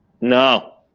No